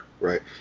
right